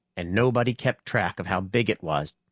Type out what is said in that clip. and nobody kept track of how big it was,